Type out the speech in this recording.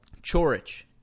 Chorich